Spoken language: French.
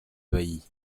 baillis